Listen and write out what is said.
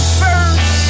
first